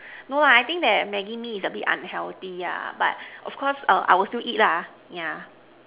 no ah I think that Maggi Mee is a bit unhealthy ah but of course I will still eat lah yeah